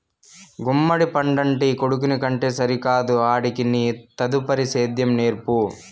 గుమ్మడి పండంటి కొడుకుని కంటే సరికాదు ఆడికి నీ తదుపరి సేద్యం నేర్పు